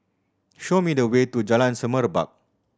show me the way to Jalan Semerbak